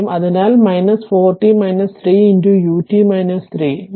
അതിനാൽ 4 t 3 ut 3 ഇത്